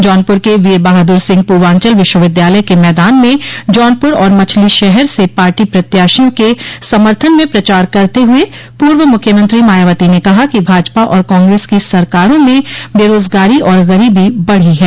जौनपुर के वीर बहादुर सिंह पूर्वांचल विश्वविद्यालय के मैदान में जौनपुर और मछलीशहर से पार्टी प्रत्याशियों के समर्थन में प्रचार करते हुए पूर्व मुख्यमंत्री मायावती ने कहा कि भाजपा और कांग्रस की सरकारों में बेरोजगारी और गरीबी बढ़ी है